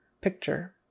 Picture